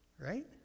right